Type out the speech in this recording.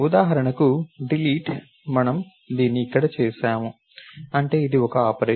ఉదాహరణకు డిలీట్ మనము దీన్ని ఇక్కడ చేసాము అంటే ఇది ఒకే ఆపరేషన్